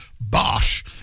Bosh